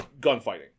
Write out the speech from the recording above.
gunfighting